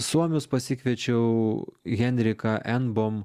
suomius pasikviečiau henriką enbom